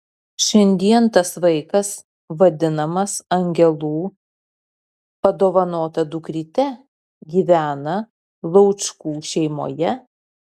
šiandien tas vaikas vadinamas angelų padovanota dukryte gyvena laučkų šeimoje